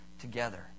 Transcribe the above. together